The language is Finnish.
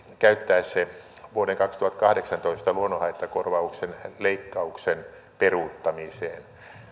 käyttää se vuoden kaksituhattakahdeksantoista luonnonhaittakorvauksen leikkauksen peruuttamiseen